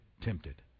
tempted